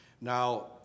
Now